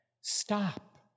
stop